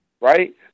right